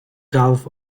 gulf